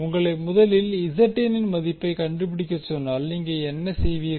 உங்களை முதலில் ன் மதிப்பை கண்டுபிடிக்க சொன்னால் நீங்கள் என்ன செய்வீர்கள்